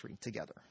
together